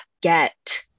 get